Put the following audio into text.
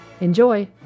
Enjoy